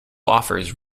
offers